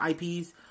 IPs